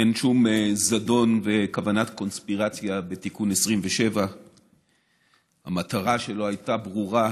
אין שום זדון וכוונת קונספירציה בתיקון 27. המטרה שלו הייתה ברורה,